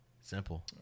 Simple